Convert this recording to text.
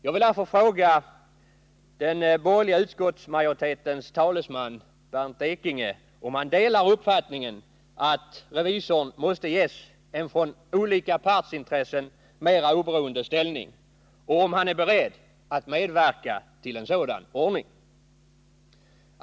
Jag vill därför fråga den borgerliga utskottsmajoritetens talesman Bernt Ekinge om han delar uppfattningen att revisorn måste ges en från olika partsintressen mera oberoende ställning, och om han är beredd att medverka till en sådan ordning.